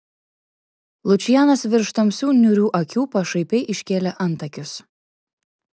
lučianas virš tamsių niūrių akių pašaipiai iškėlė antakius